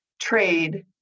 trade